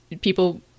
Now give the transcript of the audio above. People